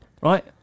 right